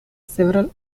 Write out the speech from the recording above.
several